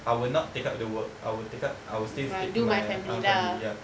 I will not take up the work I will take up I will still stick to my uh family ya